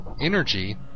energy